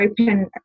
open